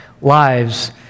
lives